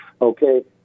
Okay